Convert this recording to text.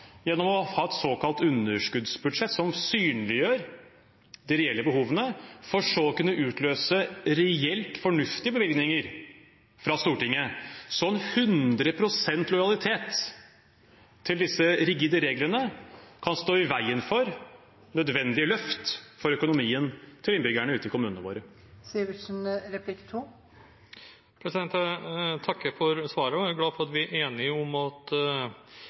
gjennom å ha et såkalt underskuddsbudsjett for så å kunne utløse reelt fornuftige bevilgninger fra Stortinget. Så 100 pst. lojalitet til disse rigide reglene kan stå i veien for nødvendige løft for økonomien til innbyggerne ute i kommunene våre. Jeg takker for svaret og er glad for at vi er enige om at